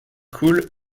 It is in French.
coule